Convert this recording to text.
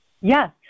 Yes